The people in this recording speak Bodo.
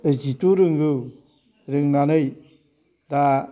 जिथु रोंगौ रोंनानै दा